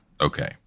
Okay